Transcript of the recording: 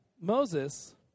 Moses